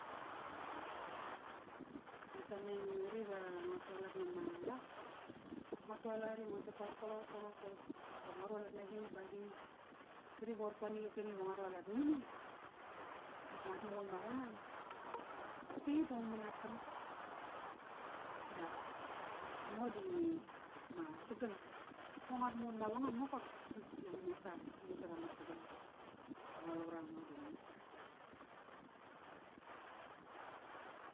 Mamar. Ngu sameng qri va ngua tualat nama lat, ngua tualat i ngua tet toqorko, raqorko, raqorka. Baqop ngua rualat nagini ba agini. Qri ba qoir koni qarkini va ngua rualat nini, dap nguat muqun mavangam, si da ngu manatam. Dap, ngo di, ma sagam, va nguat muqun mavangam nokop, divepki ngu mesar, ngu mesar ama sagan. Mol varango da ngu mesar.